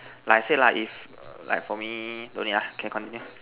like say lah if like for me don't need lah okay continue